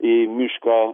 į mišką